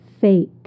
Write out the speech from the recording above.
Fake